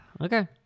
Okay